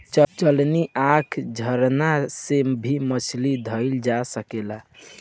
चलनी, आँखा, झरना से भी मछली धइल जा सकेला